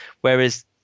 Whereas